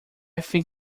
think